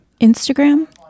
Instagram